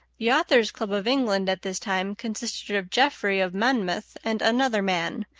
the authors' club of england at this time consisted of geoffrey of monmouth and another man.